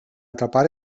atrapar